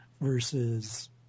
versus